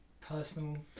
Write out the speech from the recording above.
personal